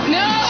no